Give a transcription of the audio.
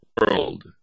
world